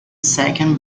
second